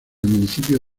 municipio